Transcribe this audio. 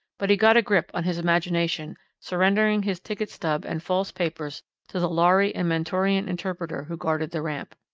but he got a grip on his imagination, surrendering his ticket stub and false papers to the lhari and mentorian interpreter who guarded the ramp.